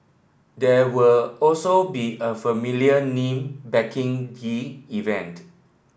there will also be a familiar name backing the event